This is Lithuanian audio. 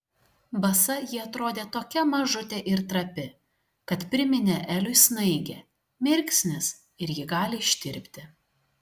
basa ji atrodė tokia mažutė ir trapi kad priminė eliui snaigę mirksnis ir ji gali ištirpti